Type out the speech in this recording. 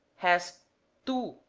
has tu